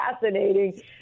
fascinating